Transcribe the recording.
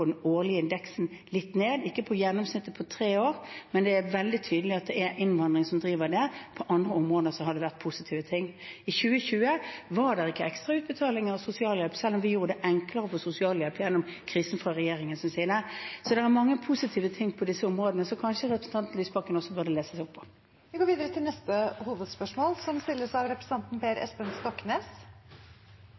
litt ned på den årlige indeksen, ikke på gjennomsnittet på tre år, men det er veldig tydelig at det er innvandring som driver det. På andre områder har det vært positive ting. I 2020 var det ikke ekstra utbetalinger av sosialhjelp, selv om vi fra regjeringens side gjorde det enklere å få sosialhjelp gjennom krisen. Så det er mange positive ting på disse områdene som kanskje representanten Lysbakken også burde lese seg opp på. Vi går videre til neste hovedspørsmål. Regjeringen har de siste månedene skrytt uhemmet av